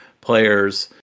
players